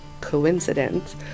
coincidence